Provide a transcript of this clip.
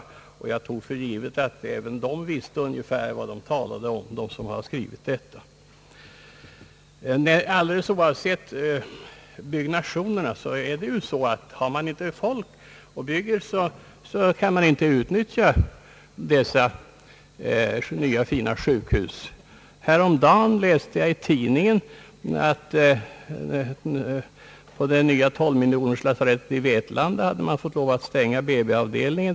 Jag tog för givet att även de som skrivit detta visste vad de talade om. På tal om de många byggnationerna är det ju så, att om man inte har folk kan man inte utnyttja de nya fina sjukhusen. Häromdagen läste jag i tidningen att på det nya 12-miljonerslasarettet i Vetlanda hade man fått lov att stänga BB-avdelningen.